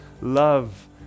love